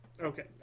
Okay